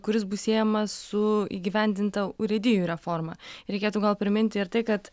kuris bus siejamas su įgyvendinta urėdijų reforma reikėtų gal priminti ir tai kad